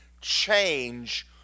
change